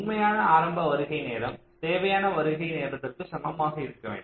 உண்மையான ஆரம்ப வருகை நேரம் தேவையான வருகை நேரத்திற்கு சமமாக இருக்க வேண்டும்